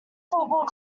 football